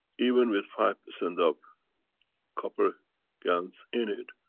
even with five percent of copper gans in in,